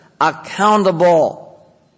accountable